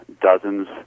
dozens